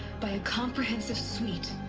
by a comprehensive suite.